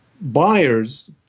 Buyers